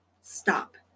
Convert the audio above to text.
Stop